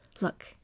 Look